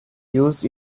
used